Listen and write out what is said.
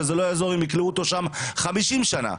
וזה לא יעזור אם יכלאו אותו שם גם חמישים שנים.